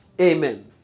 Amen